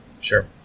Sure